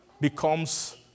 becomes